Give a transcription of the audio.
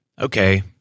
Okay